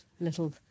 little